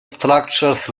structures